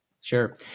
Sure